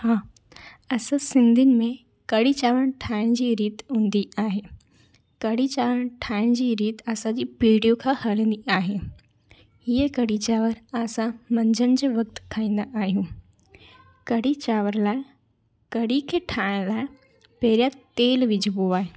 हा असां सिंधियुनि में कढ़ी चांवर ठाहिण जी रीति हूंदी आहे कढ़ी चांवर ठाहिण जी रीति असांजी पीढ़ियूं खां हलंदी आहे हीअ कढ़ी चांवर असां मंझंदि जे वक़्ति खाईंदा आहियूं कढ़ी चांवर लाइ कढ़ी खे ठाहिण लाइ पहिरियां तेल विझिबो आहे